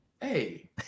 hey